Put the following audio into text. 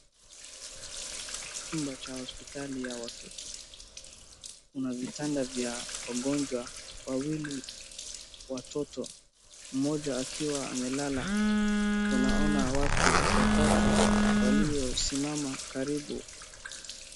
Chumba cha hospitali ya watoto. Kuna vitanda vya wagonjwa wawili watoto, mmoja akiwa amelala. Unaona watu watatu wakiwa waliosimama karibu.